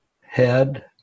head